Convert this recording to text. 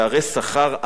והיא יכולה להעיד על זה,